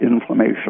inflammation